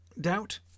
doubt